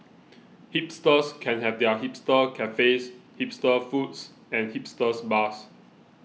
hipsters can have their hipster cafes hipster foods and hipsters bars